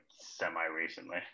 semi-recently